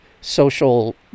social